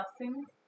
blessings